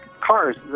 cars